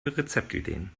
rezeptideen